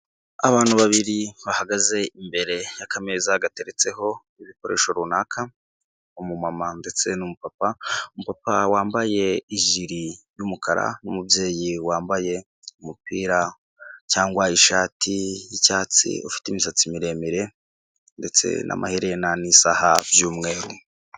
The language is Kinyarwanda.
Abantu babiri bahagaze imbere y'akameza gateretseho ibikoresho runaka umumama ndetse n'umupapa, umupapa wambaye ijiri y'umukara, umubyeyi wambaye umupira cyangwa ishati y'icyatsi, ufite imisatsi miremire ndetse n'amaherena n'isaha by'umweru.